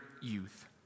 youth